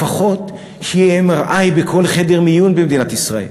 לפחות שיהיה MRI בכל חדר מיון במדינת ישראל.